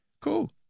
Cool